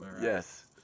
Yes